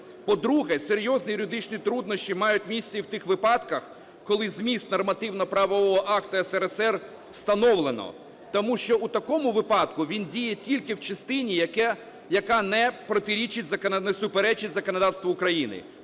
По-друге, серйозні юридичні труднощі мають місце і в тих випадках, коли зміст нормативно-правового акту СРСР встановлено. Тому що в такому випадку він діє тільки в частині, яка не протирічить, не суперечить законодавству України.